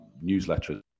newsletter